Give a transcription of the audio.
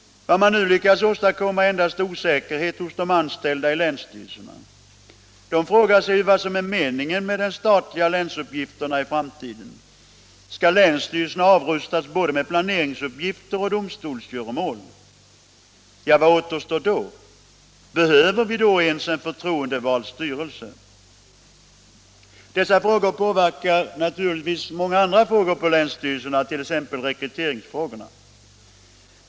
Vad man nu lyckats åstadkomma är endast osäkerhet hos de anställda i länsstyrelserna. De frågar sig vad som är meningen med de statliga länsuppgifterna i framtiden. Skall länsstyrelserna avrustas både med planeringsuppgifter och domstolsgöromål? Ja, vad återstår då? Behöver vi då ens en förtroendevald styrelse? Dessa frågor påverkar naturligtvis många andra frågor på länsstyrelserna, t.ex. rekryteringsfrågorna.